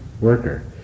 worker